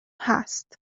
هست